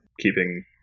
keeping